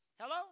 Hello